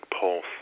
pulse